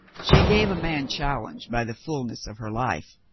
she gave a man challenge by the fullness of her life.